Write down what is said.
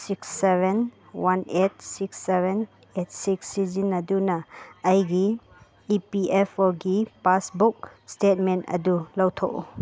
six seven one eight six seven eight six ꯁꯤꯖꯤꯟꯅꯗꯨꯅ ꯑꯩꯒꯤ E P F ꯑꯣꯒꯤ passbook statement ꯑꯗꯨ ꯂꯧꯊꯣꯛꯎ